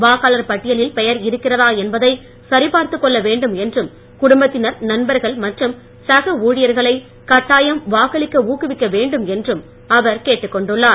வாக்காளர் பட்டியலில் பெயர் இருக்கிறதா என்பதை சரிபார்த்துக் கொள்ள வேண்டும் என்றும் குடும்பத்தினர் நண்பர்கள் மற்றும் சக ஊழியர்களை கட்டாயம் வாக்களிக்க ஊக்குவிக்க வேண்டும் என்றும் அவர் கேட்டுக்கொண்டுள்ளார்